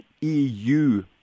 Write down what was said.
EU